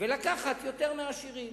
ולקחת יותר מהעשירים.